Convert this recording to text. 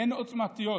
הן עוצמתיות,